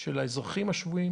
של האזרחים השבויים